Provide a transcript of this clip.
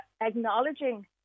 acknowledging